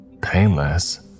Painless